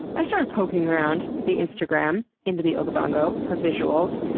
i started poking around the instagram intotheokavango for visuals.